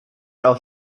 auf